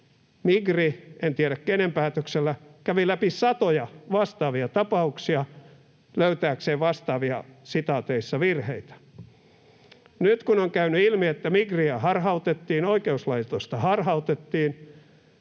Migri — en tiedä, kenen päätöksellä — kävi läpi satoja vastaavia tapauksia löytääkseen vastaavia ”virheitä”. Nyt kun on käynyt ilmi, että Migriä harhautettiin, oikeuslaitosta harhautettiin,